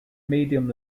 medium